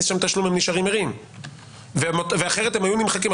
שם תשלום הם נשארים ערים ואחרת הם היו נמחקים.